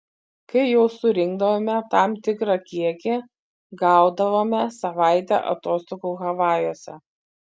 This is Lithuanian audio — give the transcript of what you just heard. kai jų surinkdavome tam tikrą kiekį gaudavome savaitę atostogų havajuose